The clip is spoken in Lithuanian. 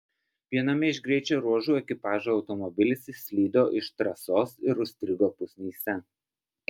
viename iš greičio ruožų ekipažo automobilis išslydo iš trasos ir užstrigo pusnyse